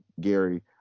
Gary